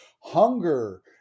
hunger